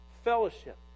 Fellowship